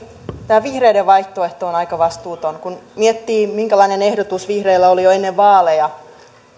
tämä vihreiden vaihtoehto on aika vastuuton kun miettii minkälainen ehdotus vihreillä oli jo ennen vaaleja